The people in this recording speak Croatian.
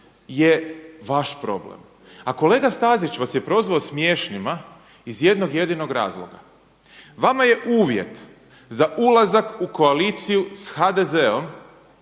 je vaš problem. A kolega Stazić vas je prozvao smiješnima iz jednog jedinog razloga. Vama je uvjet za ulazak u koaliciju s HDZ-om